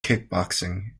kickboxing